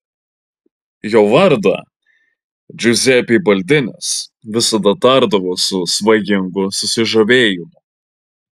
jo vardą džiuzepė baldinis visada tardavo su svajingu susižavėjimu